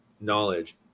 knowledge